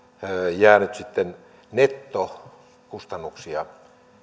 jäänyt sitten nettokustannuksia